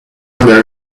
under